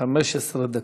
15 דקות.